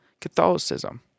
Catholicism